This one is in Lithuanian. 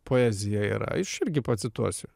poezija yra aš irgi pacituosiu